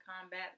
combat